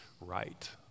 right